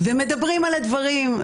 ומדברים על הדברים,